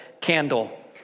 candle